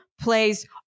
plays